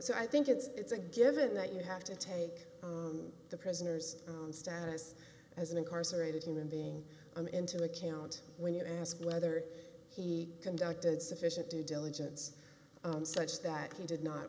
so i think it's a given that you have to take the prisoner's status as an incarcerated human being on into account when you ask whether he conducted sufficient due diligence on such that he did not